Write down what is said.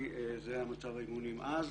זה היה מצב האימונים אז.